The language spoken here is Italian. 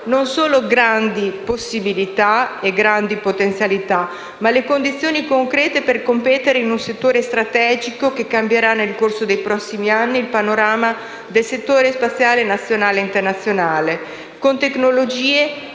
non solo grandi possibilità e potenzialità, ma le condizioni concrete per competere in un settore strategico che cambierà nel corso dei prossimi anni il panorama del settore spaziale nazionale ed internazionale, con tecnologie che